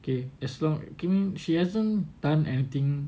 okay as long you give me she hasn't done anything